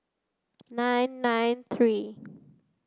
nine nine three